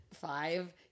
five